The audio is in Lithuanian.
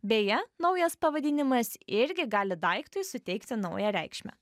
beje naujas pavadinimas irgi gali daiktui suteikti naują reikšmę